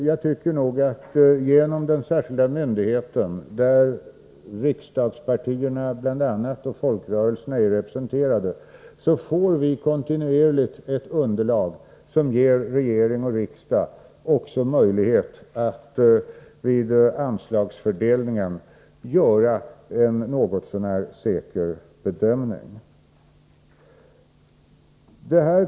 Jag tycker att vi genom den särskilda myndighet där bl.a. riksdagspartierna och folkrörelserna är representerade kontinuerligt får ett underlag som ger regering och riksdag möjlighet att vid anslagsfördelningen göra en något så när säker bedömning.